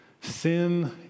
Sin